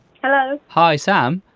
hello! hi sam!